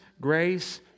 grace